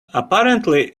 apparently